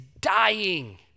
dying